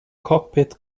cockpit